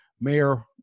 Mayor